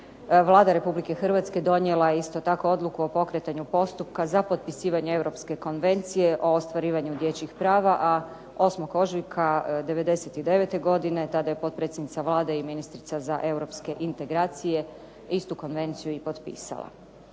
Vlada Republike Hrvatske donijela je isto tako odluku o pokretanju postupka za potpisivanje Europske konvencije o ostvarivanju dječjih prava, a 8. ožujka '99. godine, tada je potpredsjednica Vlade i ministrica za europske integracije, istu konvenciju i potpisala.